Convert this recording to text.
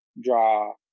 draw